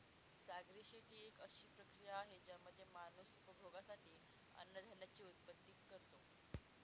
सागरी शेती एक अशी प्रक्रिया आहे ज्यामध्ये माणूस उपभोगासाठी अन्नधान्याची उत्पत्ति करतो